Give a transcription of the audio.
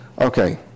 Okay